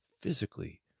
physically